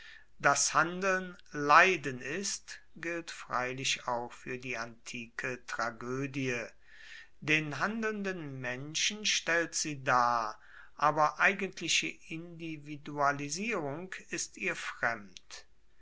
dass handeln leiden ist gilt freilich auch fuer die antike tragoedie den handelnden menschen stellt sie dar aber eigentliche individualisierung ist ihr fremd